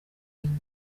inyuma